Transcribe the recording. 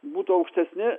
būtų aukštesni